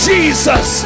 Jesus